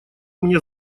мне